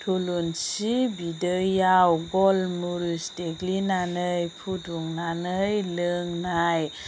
थुलुंसि बिदैयाव गलम'रिस देग्लिनानै फुदुंनानै लोंनाय